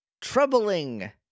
troubling